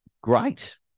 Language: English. Great